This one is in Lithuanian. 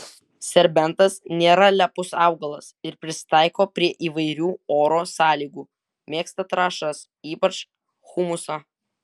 serbentas nėra lepus augalas ir prisitaiko prie įvairių oro sąlygų mėgsta trąšas ypač humusą